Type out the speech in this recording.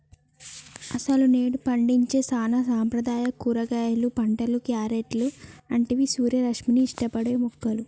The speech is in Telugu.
అసలు నేడు పండించే సానా సాంప్రదాయ కూరగాయలు పంటలు, క్యారెట్లు అంటివి సూర్యరశ్మిని ఇష్టపడే మొక్కలు